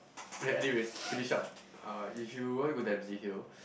okay anyways finish up uh if you want to go Dempsey-Hill